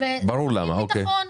ברור למה, אוקיי.